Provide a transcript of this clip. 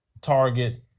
Target